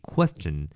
Question